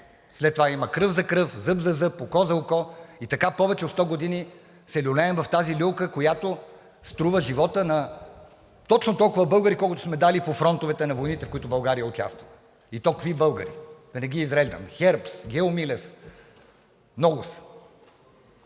След това има кръв за кръв, зъб за зъб, око за око и така повече от 100 години се люлеем в тази люлка, която струва живота на точно толкова българи, колкото сме дали по фронтовете на войните, в които България участва, и то какви българи – да не ги изреждам – Хербст, Гео Милев, много са,